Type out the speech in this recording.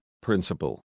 Principle